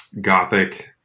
gothic